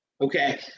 Okay